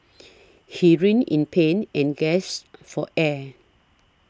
he writhed in pain and gasped for air